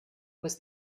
was